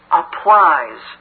applies